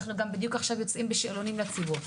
בדיוק עכשיו אנחנו גם יוצאים בשאלונים לציבור.